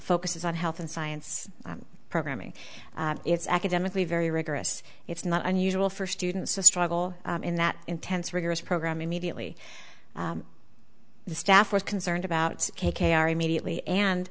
focuses on health and science programming it's academically very rigorous it's not unusual for students to struggle in that intense rigorous program immediately the staff was concerned about k k r immediately and